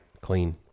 clean